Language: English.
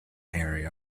area